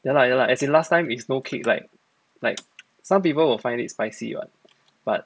ya lah ya lah as in last time is no kick like like some people will find it spicy [what] but